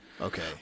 Okay